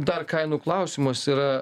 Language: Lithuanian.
dar kainų klausimas yra